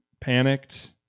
Panicked